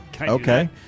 Okay